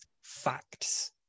facts